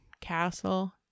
Castle